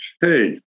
Hey